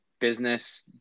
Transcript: business